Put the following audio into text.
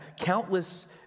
countless